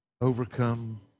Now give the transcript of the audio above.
overcome